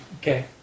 Okay